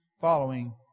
following